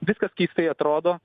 viskas keistai atrodo